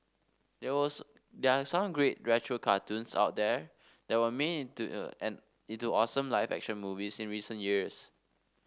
there there are some great retro cartoons out there that were made into a an into awesome live action movies in recent years